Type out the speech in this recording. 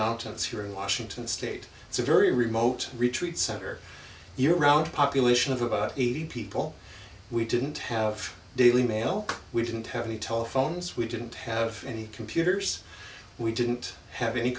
mountains here in washington state it's a very remote retreat center year round population of about eighty people we didn't have daily mail we didn't have any telephones we didn't have any computers we didn't have any